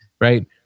right